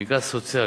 בעיקר סוציאלי,